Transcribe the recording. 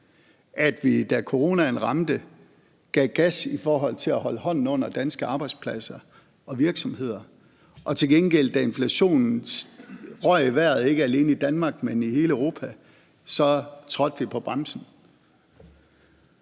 da coronaen ramte, gav gas i forhold til at holde hånden under danske arbejdspladser og virksomheder og til gengæld, da inflationen røg i vejret, ikke alene i Danmark, men i hele Europa, så trådte på bremsen.